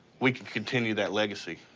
we can continue that legacy.